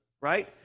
right